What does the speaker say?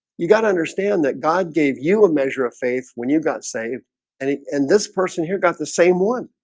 you got to understand that god gave you a measure of faith when you got saved and and this person here got the same one